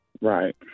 Right